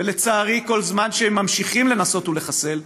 ולצערי, כל זמן שהם ממשיכים לנסות ולחסל,